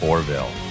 Orville